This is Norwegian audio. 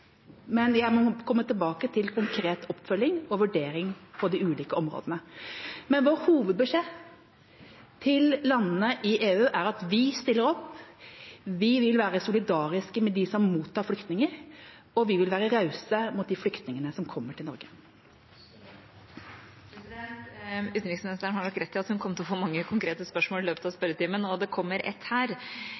men jeg må nok komme tilbake til konkret oppfølging og vurdering på de ulike områdene. Vår hovedbeskjed til landene i EU er at vi stiller opp, vi vil være solidariske med dem som mottar flyktninger, og vi vil være rause mot de flyktningene som kommer til Norge. Utenriksministeren har nok rett i at hun kommer til å få mange konkrete spørsmål i løpet av spørretimen, og det kommer et her: